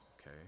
okay